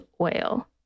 oil